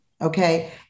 Okay